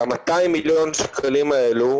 וה-200 מיליון השקלים האלו